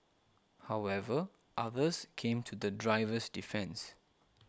however others came to the driver's defence